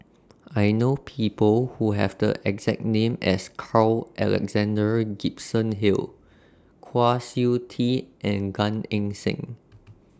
I know People Who Have The exact name as Carl Alexander Gibson Hill Kwa Siew Tee and Gan Eng Seng